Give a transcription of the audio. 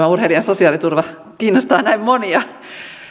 urheilijan sosiaaliturva kiinnostaa näin monia